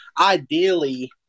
ideally